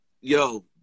yo